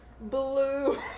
Blue